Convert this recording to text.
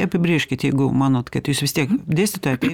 apibrėžkit jeigu manot kad jūs vis tiek dėstytoja taip